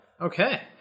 Okay